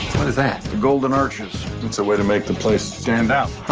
what is that? the golden arches. it's a way to make the place standout!